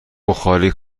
بخاری